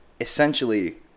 essentially